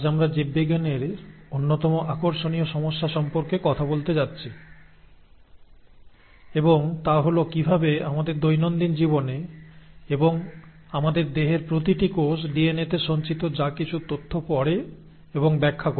আজ আমরা জীববিজ্ঞানের অন্যতম আকর্ষণীয় সমস্যা সম্পর্কে কথা বলতে যাচ্ছি এবং তা হল কিভাবে আমাদের দৈনন্দিন জীবনে এবং আমাদের দেহের প্রতিটি কোষ ডিএনএতে সঞ্চিত যা কিছু তথ্য পড়ে এবং ব্যাখ্যা করে